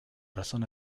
razón